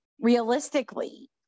realistically